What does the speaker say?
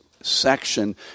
section